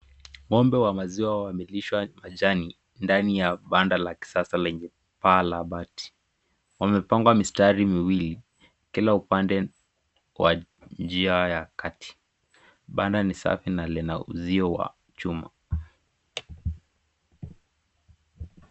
Ng'ombe wa maziwa wamilishwa majani ndani ya banda la kisasa lenye paa la bati. Wamepangwa mistari miwili kila upande wa njia ya kati. Banda ni safi na lina uzio wa chuma.